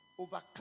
overcome